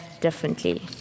differently